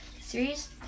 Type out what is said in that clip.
series